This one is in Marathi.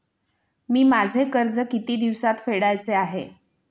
मी माझे कर्ज किती दिवसांत फेडायचे आहे?